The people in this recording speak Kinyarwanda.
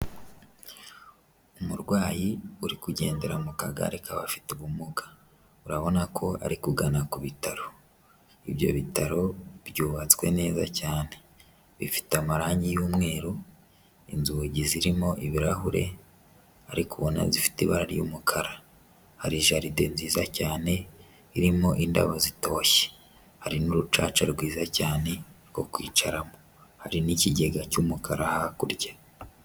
Umurwayi uri kugendera mu kagare k'abafite ubumuga, urabona ko ari kugana ku bitaro, ibyo bitaro byubatswe neza cyane, bifite amarange y'umweru, inzugi zirimo ibirahure ariko ubona zifite ibara ry'umukara, hari jaride nziza cyane irimo indabo zitoshye, hari n'urucaca rwiza cyane rwo kwicaramo, hari n'ikigega cy'umukara hakurya.